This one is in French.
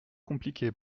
compliqué